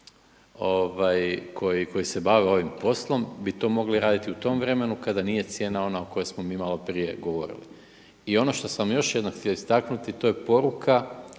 koji se bave ovim poslom bi to mogli raditi u tom vremenu kada nije cijena ona o kojoj smo mi malo prije govorili. I ono što sam još jednom htio istaknuti to je poruka